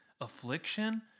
Affliction